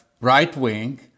right-wing